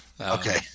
Okay